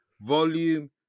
volume